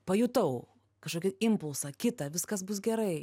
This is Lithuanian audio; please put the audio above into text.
pajutau kažkokį impulsą kitą viskas bus gerai